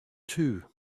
too